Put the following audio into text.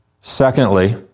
Secondly